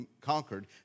conquered